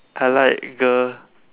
I like girl